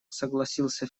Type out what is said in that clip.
согласился